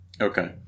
Okay